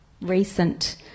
recent